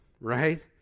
right